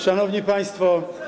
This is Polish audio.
Szanowni Państwo!